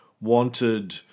wanted